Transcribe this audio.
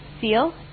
seal